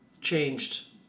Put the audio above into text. changed